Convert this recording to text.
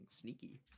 Sneaky